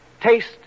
Taste